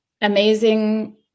amazing